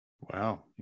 Wow